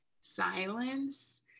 silence